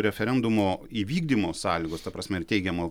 referendumo įvykdymo sąlygos ta prasme ir teigiamo